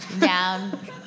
down